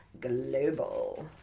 global